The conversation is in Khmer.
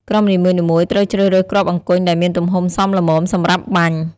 ក្រុមនីមួយៗត្រូវជ្រើសរើសគ្រាប់អង្គញ់ដែលមានទំហំសមល្មមសម្រាប់បាញ់។